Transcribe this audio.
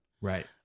Right